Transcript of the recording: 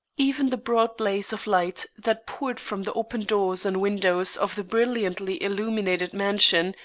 even the broad blaze of light that poured from the open doors and windows of the brilliantly illuminated mansion,